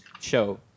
show